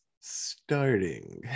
starting